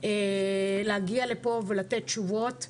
להגיע לפה ולתת תשובות,